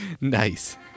Nice